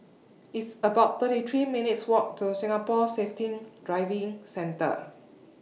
It's about thirty three minutes' Walk to Singapore Safety Driving Centre